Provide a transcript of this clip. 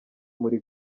muri